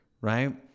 right